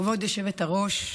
כבוד היושבת-ראש,